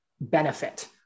benefit